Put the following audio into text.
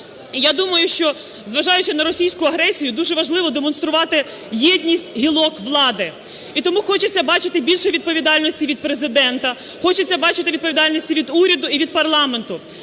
Я думаю, що, зважаючи на російську агресію, дуже важливо демонструвати єдність гілок влади. І тому хочеться бачити більше відповідальності від Президента, хочеться бачити відповідальності від уряду і від парламенту,